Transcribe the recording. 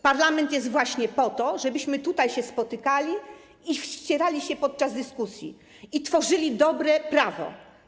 Parlament jest właśnie po to, żebyśmy tutaj się spotykali, ścierali podczas dyskusji i tworzyli dobre prawo.